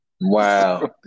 Wow